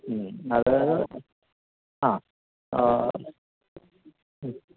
മ്മ് അത് ആ മ്